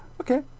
Okay